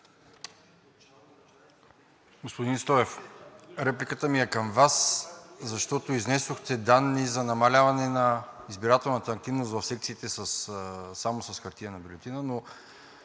Господин Стоев, репликата ми е към Вас, защото изнесохте данни за намаляване на избирателната активност в секциите само с хартиена бюлетина, но